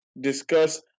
discuss